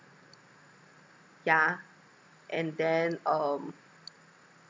yeah and then um